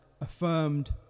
affirmed